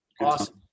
Awesome